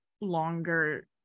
longer